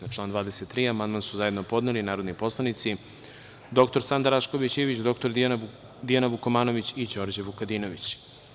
Na član 23. amandman su zajedno podneli narodni poslanici dr Sanda Rašković Ivić, dr Dijana Vukomanović i Đorđe Vukadinović.